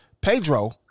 Pedro